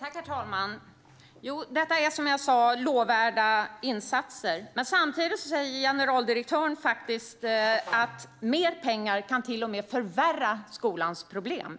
Herr talman! Detta är som jag sa lovvärda insatser. Men samtidigt säger generaldirektören faktiskt att mer pengar till och med kan förvärra skolans problem.